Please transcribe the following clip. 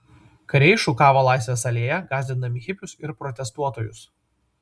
kariai šukavo laisvės alėją gąsdindami hipius ir protestuotojus